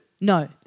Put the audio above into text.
No